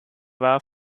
war